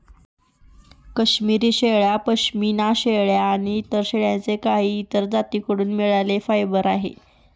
काश्मिरी शेळ्या, पश्मीना शेळ्या आणि शेळ्यांच्या काही इतर जाती कडून मिळालेले फायबर आहे